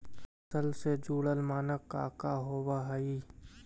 फसल से जुड़ल मानक का का होव हइ?